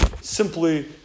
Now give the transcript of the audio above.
simply